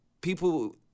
people